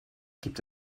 gibt